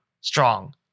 strong